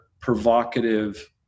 provocative